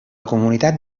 comunitat